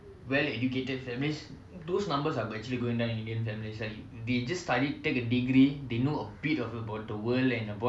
well educated families those numbers are actually going down in than they just study take a degree they know a bit about the world and